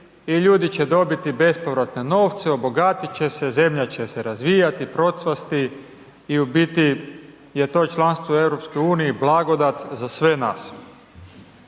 i ljudi će dobiti bespovratne novce, obogatit će se, zemlja će se razvijati, procvasti i u biti je to članstvo u EU blagodat za sve nas.